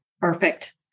Perfect